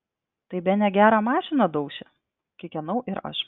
tai bene gerą mašiną dauši kikenau ir aš